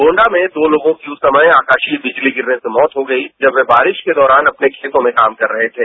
गोंडा में दो लोगों की उस समय आकाशीय बिजली गिरने से मौत हो गई जब वे बारिश के दौरान अपने खेतों में काम कर रहे थे